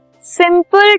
simple